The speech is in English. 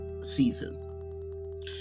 season